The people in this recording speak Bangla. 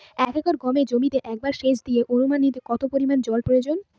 এক একর গমের জমিতে একবার শেচ দিতে অনুমানিক কত পরিমান জল প্রয়োজন?